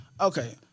Okay